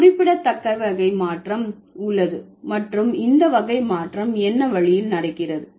ஒரு குறிப்பிடத்தக்க வகை மாற்றம் உள்ளது மற்றும் இந்த வகை மாற்றம் என்ன வழியில் நடக்கிறது